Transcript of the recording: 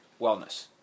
wellness